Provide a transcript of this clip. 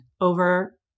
over